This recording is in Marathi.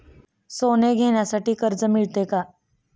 सोने घेण्यासाठी कर्ज मिळते का?